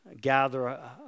gather